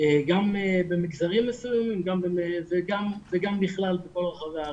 גם במגזרים מסוימים וגם בכלל בכל רחבי הארץ.